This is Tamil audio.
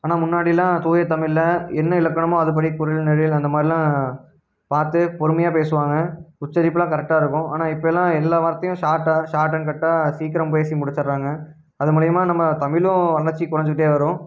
ஆனால் முன்னாடியெலாம் தூய தமிழ்ல என்ன இலக்கணமோ அதுப்படி குறில் நெடில் அந்த மாதிரில்லா பார்த்து பொறுமையாக பேசுவாங்க உச்சரிப்பெலா கரெக்டாக இருக்கும் ஆனால் இப்போல்லா எல்லா வார்த்தையும் சார்ட்டா சார்ட் அண்ட் கட்டா சீக்கிரம் பேசி முடிச்சுடுறாங்க அது மூலயுமா நம்ம தமிழும் வளர்ச்சி குறைஞ்சிட்டே வரும்